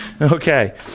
Okay